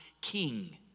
king